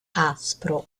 aspro